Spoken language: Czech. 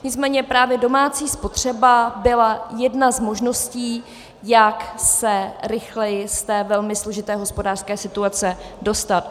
Nicméně právě domácí spotřeba byla jedna z možností, jak se rychleji z té velmi složité hospodářské situace dostat.